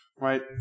right